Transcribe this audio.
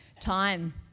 Time